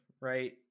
right